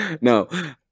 No